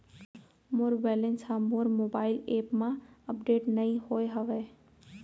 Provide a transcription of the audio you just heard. मोर balance हा मोर mobile app मा अपडेट नहीं होय हवे